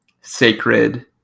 sacred